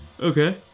Okay